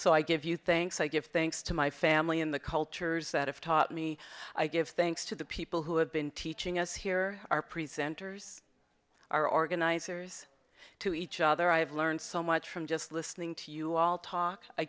so i give you thanks i give thanks to my family in the cultures that have taught me i give thanks to the people who have been teaching us here our presenters our organizers to each other i have learned so much from just listening to you all talk i